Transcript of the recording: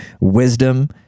wisdom